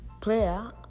player